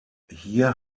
hier